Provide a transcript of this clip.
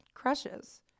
crushes